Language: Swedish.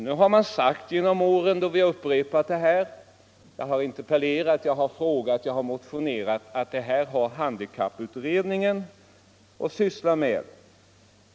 Nu har man sagt genom åren då vi upprepat våra krav — jag har interpellerat, jag har frågat, jag har motionerat — att detta har handikapputredningen att syssla med.